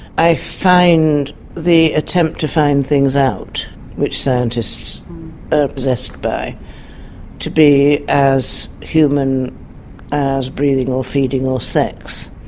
i find the attempt to find things out which scientists are possessed by to be as human as breathing, or feeding, or sex.